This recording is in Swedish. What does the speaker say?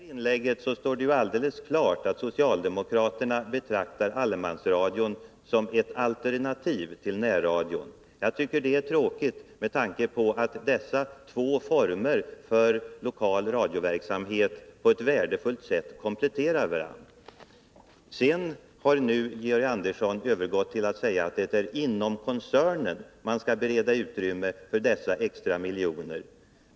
Fru talman! Av Georg Anderssons senaste replik står det alldeles klart att socialdemokraterna betraktar allemansradion som ett alternativ till närradio. Det är tråkigt, med tanke på att dessa två former för lokal radioverksamhet på ett värdefullt sätt kompletterar varandra. Nu har Georg Andersson övergått till att säga att det är inom koncernen man skall skaffa fram de extra miljoner som behövs.